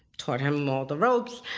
taught him all the ropes.